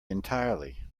entirely